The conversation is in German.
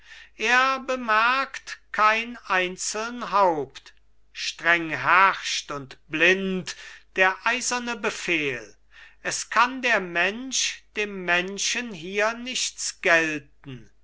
er bemerkt kein einzeln haupt streng herrscht und blind der eiserne befehl es kann der mensch dem menschen hier nichts gelten